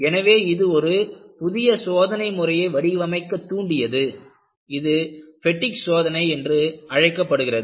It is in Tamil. எனவே இது ஒரு புதிய சோதனை முறையை வடிவமைக்க தூண்டியது இது பெட்டிக் சோதனை என்று அழைக்கப்படுகிறது